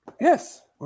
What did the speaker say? yes